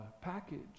package